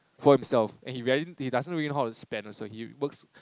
for himself and he he doesn't really know how to spend also he works